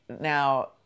now